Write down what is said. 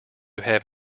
have